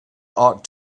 ought